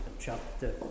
Chapter